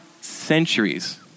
centuries